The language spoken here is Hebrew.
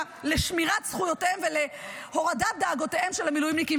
לשמירה על זכויותיהם ולהורדת דאגותיהם של המילואימניקים.